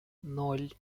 ноль